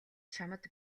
чамд